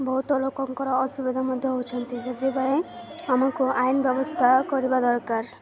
ବହୁତ ଲୋକଙ୍କର ଅସୁବିଧା ମଧ୍ୟ ହଉଛନ୍ତି ସେଥିପାଇଁ ଆମକୁ ଆଇନ ବ୍ୟବସ୍ଥା କରିବା ଦରକାର